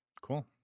Cool